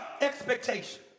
expectation